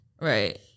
Right